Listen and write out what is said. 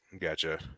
gotcha